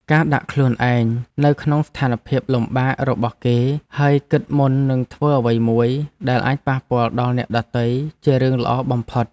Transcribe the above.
ការដាក់ខ្លួនឯងនៅក្នុងស្ថានភាពលំបាករបស់គេហើយគិតមុននឹងធ្វើអ្វីមួយដែលអាចប៉ះពាល់ដល់អ្នកដទៃជារឿងល្អបំផុត។